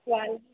van